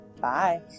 Bye